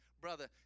Brother